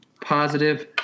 positive